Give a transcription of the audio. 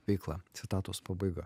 veikla citatos pabaiga